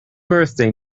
birthday